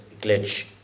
glitch